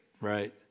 right